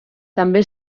també